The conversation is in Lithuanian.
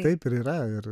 taip ir yra ir